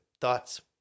Thoughts